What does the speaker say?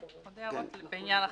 יש לי עוד הערות בעניין אחר.